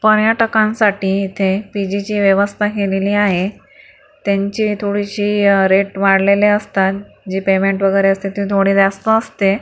पर्यटकांसाठी इथे पी जीची व्यवस्था केलेली आहे त्यांचे थोडेसे रेट वाढलेले असतात जी पेमेंट वगैरे असते ती थोडी जास्त असते